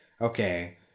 okay